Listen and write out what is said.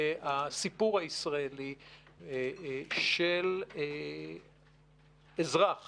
הסיפור הישראלי של אזרח